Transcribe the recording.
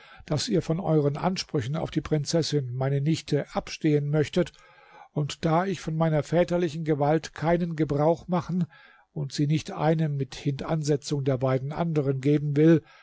daß ihr von euren ansprüchen auf die prinzessin meine nichte abstehen möchtet und da ich von meiner väterlichen gewalt keinen gebrauch machen und sie nicht einem mit hintansetzung der beiden andern geben will